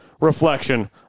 reflection